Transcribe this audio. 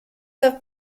have